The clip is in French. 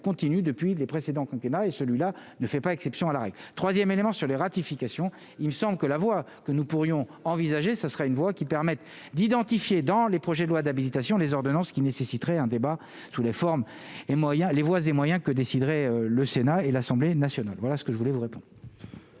continue depuis les précédents quinquennats et celui-là ne fait pas exception à la règle 3ème élément sur les ratifications, il me semble que la voie que nous pourrions envisager, ça sera une voie qui permettent d'identifier dans les projets de loi d'habilitation des ordonnances qui nécessiterait un débat sous les formes et moi, il y a les voies et moyens que déciderait le Sénat et l'Assemblée nationale, voilà ce que je voulais vous répond.